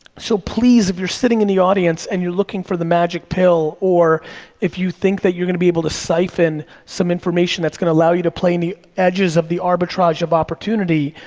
so, please, if you're sitting in the audience and you're looking for the magic pill, or if you think that you're gonna be able to siphon some information that's gonna allow you to play in the edges of the arbitrage of opportunity,